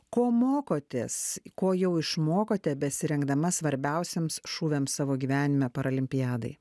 ko mokotės ko jau išmokote besirengdama svarbiausiems šūviams savo gyvenime paralimpiadai